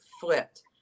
flipped